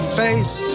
face